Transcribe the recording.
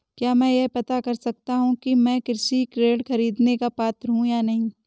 क्या मैं यह पता कर सकता हूँ कि मैं कृषि ऋण ख़रीदने का पात्र हूँ या नहीं?